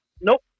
nope